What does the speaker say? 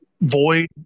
void